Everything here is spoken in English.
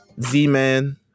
Z-Man